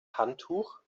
handtuch